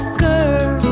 girl